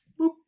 boop